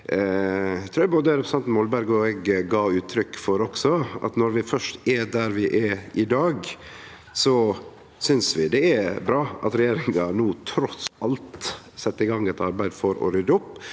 det trur eg både representanten Molberg og eg gav uttrykk for, at når vi først er der vi er i dag, synest vi det er bra at regjeringa no trass alt set i gang eit arbeid for å rydde opp.